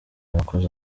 wakoze